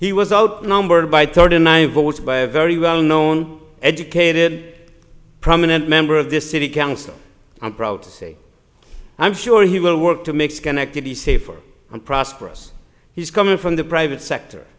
he was outnumbered by third and i voted by a very well known educated prominent member of this city council i'm proud to say i'm sure he will work to make schenectady safer and prosperous he's coming from the private sector